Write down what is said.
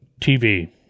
TV